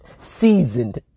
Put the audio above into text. seasoned